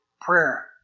prayer